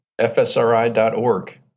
fsri.org